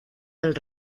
del